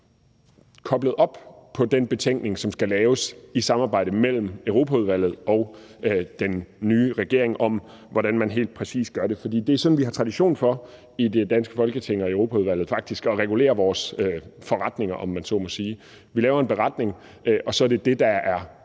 koblet op på den betænkning, som skal laves i et samarbejde mellem Europaudvalget og den nye regering om, hvordan man helt præcis gør det. For det er sådan, vi har tradition for i det danske Folketing og i Europaudvalget faktisk at regulere vores forretninger, om man så må sige. Vi laver en beretning, og så er det det, der er